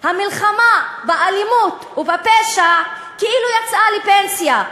המלחמה באלימות ובפשע כאילו יצאה לפנסיה,